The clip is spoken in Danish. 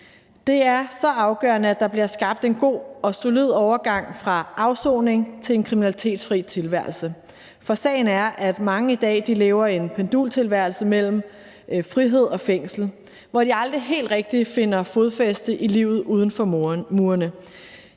Det er så afgørende, at der bliver skabt en god og solid overgang fra afsoning til en kriminalitetsfri tilværelse. For sagen er, at mange i dag lever en pendultilværelse mellem frihed og fængsel, hvor de aldrig helt rigtig finder fodfæste i livet uden for murene.